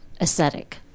aesthetic